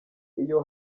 iyo